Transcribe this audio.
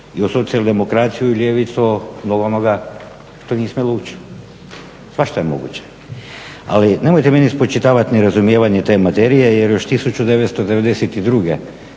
i u socijaldemokraciju i ljevicu dio onoga što nije smjelo ući. Svašta je moguće. Ali, nemojte meni spočitavati nerazumijevanje te materije jer još 1992.